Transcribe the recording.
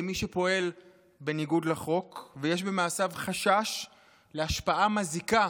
מי שפועל בניגוד לחוק ויש במעשיו חשש להשפעה מזיקה